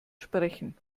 sprechen